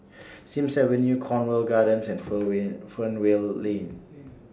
Sims Avenue Cornwall Gardens and Fernvale Lane